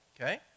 okay